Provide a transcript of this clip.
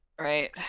Right